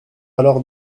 alors